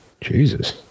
Jesus